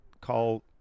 call